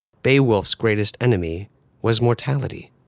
beowulf's greatest enemy was mortality.